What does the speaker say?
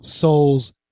souls